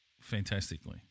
fantastically